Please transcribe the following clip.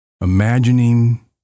Imagining